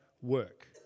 work